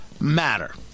matter